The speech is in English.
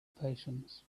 patience